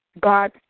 God